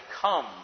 come